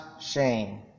shame